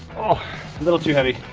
oh a little too heavy.